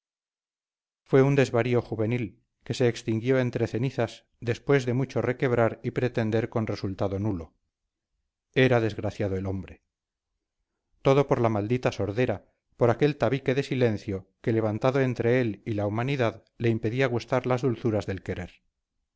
fue un desvarío juvenil que se extinguió entre cenizas después de mucho requebrar y pretender con resultado nulo era desgraciado el hombre todo por la maldita sordera por aquel tabique de silencio que levantado entre él y la humanidad le impedía gustar las dulzuras del querer